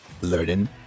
learning